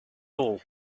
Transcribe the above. all